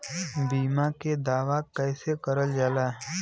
बीमा के दावा कैसे करल जाला?